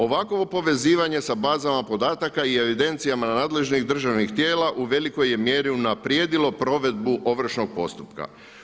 Ovakvo povezivanje sa bazama podataka i evidencijama nadležnih državnih tijela u velikoj je mjeri unaprijedilo provedbu ovršnog postupka.